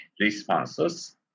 responses